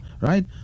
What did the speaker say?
right